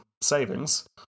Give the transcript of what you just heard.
savings